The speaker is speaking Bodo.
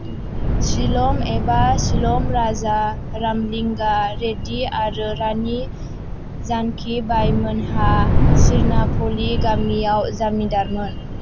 सिलम एबा सिलम राजा रामलिंगा रेड्डी आरो रानी जानकी बाईमोनहा सिरनापल्ली गामियाव जामिदारमोन